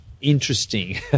interesting